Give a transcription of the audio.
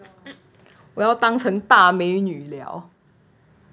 我要当成大美女了